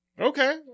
Okay